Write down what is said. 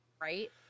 Right